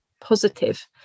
positive